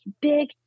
big